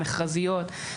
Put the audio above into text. מכרזיות.